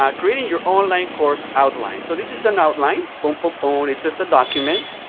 um creating your online course outlines, so this is an outline, boom, boom, boom. it's just a document,